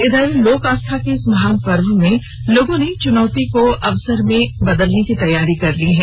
इधर लोक आस्था के इस महान पर्व में लोगों ने चुनौती को अवसर में तब्दील करने की तैयारी कर ली है